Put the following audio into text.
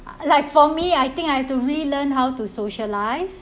like for me I think I have to relearn how to socialise